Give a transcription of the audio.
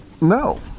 no